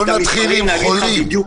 אדוני,